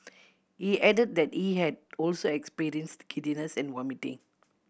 he added that he had also experienced giddiness and vomiting